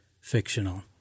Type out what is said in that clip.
fictional